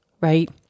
right